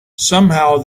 somehow